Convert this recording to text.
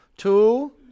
Two